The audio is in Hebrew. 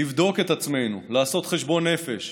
לבדוק את עצמנו, לעשות חשבון נפש.